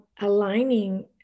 aligning